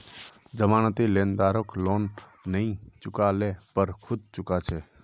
जमानती लेनदारक लोन नई चुका ल पर खुद चुका छेक